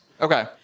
Okay